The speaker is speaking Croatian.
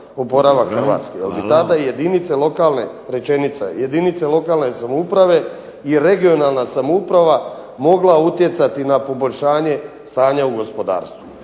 oporavak Hrvatske. I tada jedinice lokalne samouprave i regionalna samouprava mogla utjecati na poboljšanje stanja u gospodarstvu.